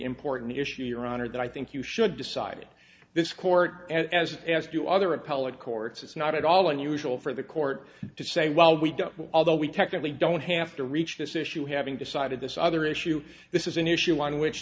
important issue your honor that i think you should decide this court as as do other appellate courts it's not at all unusual for the court to say well we don't although we technically don't have to reach this issue having decided this other issue this is an issue on which